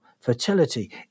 fertility